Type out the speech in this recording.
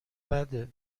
بده